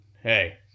hey